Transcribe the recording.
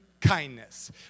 kindness